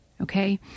Okay